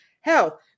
health